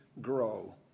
grow